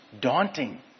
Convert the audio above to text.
daunting